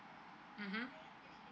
mmhmm